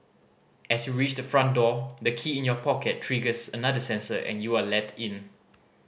as you reach the front door the key in your pocket triggers another sensor and you are let in